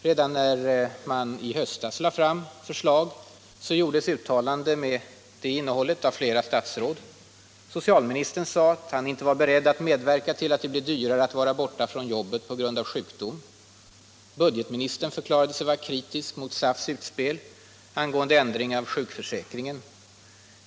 Redan när SAF i höstas lade fram förslag gjordes uttalanden med det innehållet av flera statsråd. Socialministern sade att han inte var beredd att medverka till att det blev dyrare att vara borta från jobbet på grund av sjukdom. Budgetministern förklarade sig vara kritisk mot SAF:s utspel angående ändring av sjukförsäkringen.